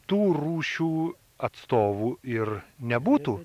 tų rūšių atstovų ir nebūtų